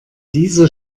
dieser